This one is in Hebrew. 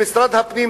למשרד הפנים,